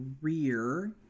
rear